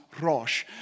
rosh